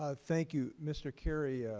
ah thank you. mr. carey, ah